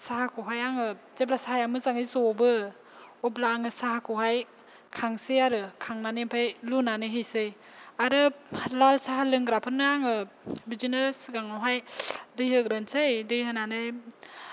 साहाखौहाय आङो जेब्ला साहाया मोजाङै जबो अब्ला आङो साहाखौहाय खांसै आरो खांनानै ओमफाय लुनानै हैसै आरो लाल साहा लोंग्राफोरनो आङो बिदिनो सिगाङावहाय दै होग्रोनसै दै होनानै